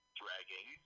dragging